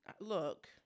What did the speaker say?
Look